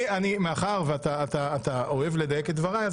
מאחר שאתה אוהב לדייק את דבריי,